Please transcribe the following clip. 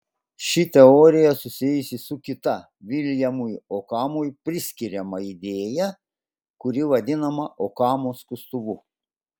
ši teorija susijusi su kita viljamui okamui priskiriama idėja kuri vadinama okamo skustuvu